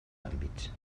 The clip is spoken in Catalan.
àmbits